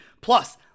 Plus